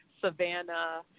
Savannah